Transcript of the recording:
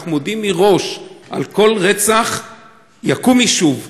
אנחנו מודיעים מראש שעל כל רצח יקום יישוב.